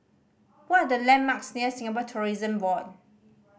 what are the landmarks near Singapore Tourism Board